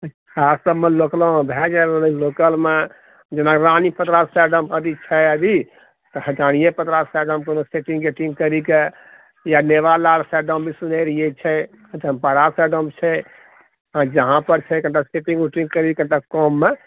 खास कए कऽ लोकलमे भए जाए लोकलमे जेना रानी साइड अरमे छै अभी तऽ रानीये साइडमे कोनो सेटिङ्ग गेटिङ्ग करिके या साइडमे सुनले रहिऐ छै तऽ जहाँ पर छै कनीटा सेटिङ्ग करिके कनीटा कममे